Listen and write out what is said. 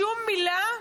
שום מילה?